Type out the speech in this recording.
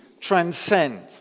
transcend